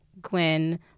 Gwen